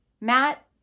Matt